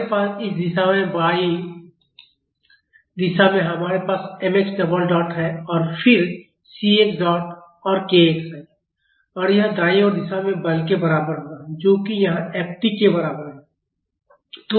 हमारे पास इस दिशा में बाईं दिशा में हमारे पास mx डबल डॉट है फिर cx डॉट और kx है और यह दाईं ओरदिशा में बल के बराबर होगा जो कि यहां F t के बराबर है